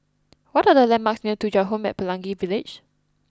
what are the landmarks near Thuja Home at Pelangi Village